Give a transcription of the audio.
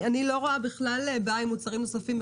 אני לא רואה בכלל בעיה עם מוצרים נוספים.